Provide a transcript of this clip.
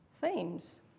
themes